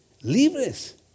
libres